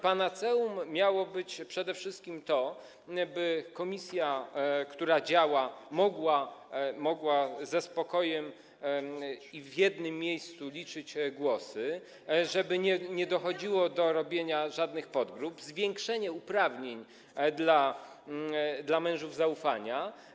Panaceum miało być przede wszystkim to, by komisja, która działa, mogła ze spokojem i w jednym miejscu liczyć głosy, żeby nie dochodziło do tworzenia żadnych podgrup, zwiększenie uprawnień dla mężów zaufania.